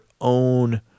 own